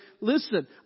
listen